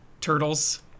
Turtles